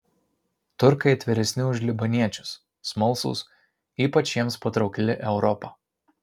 turkai atviresni už libaniečius smalsūs ypač jiems patraukli europa